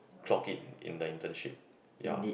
clock it in the internship